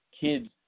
kids